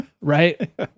right